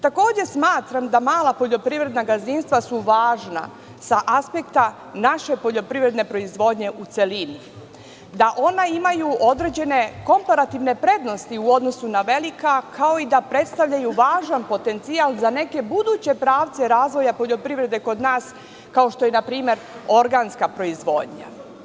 Takođe, smatram da su mala poljoprivredna gazdinstva važna sa aspekta naše poljoprivredne proizvodnje u celini, da ona imaju određene komparativne prednosti u odnosu na velika, kao i da predstavljaju važan potencijal za neke buduće pravce razvoja poljoprivrede kod nas, kao što je npr. organska proizvodnja.